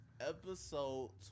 Episode